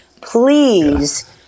please